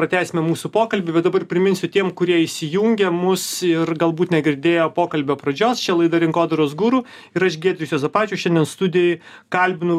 pratęsime mūsų pokalbį bet dabar priminsiu tiem kurie įsijungė mus ir galbūt negirdėjo pokalbio pradžios čia laida rinkodaros guru ir aš giedrius juozapavičius šiandien studijoj kalbinu